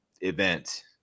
event